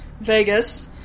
Vegas